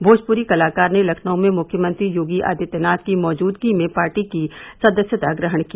भोजपुरी कलाकार ने लखनऊ में मुख्यमंत्री योगी आदित्यनाथ की मौजूदगी में पार्टी की सदस्यता ग्रहण की